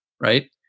Right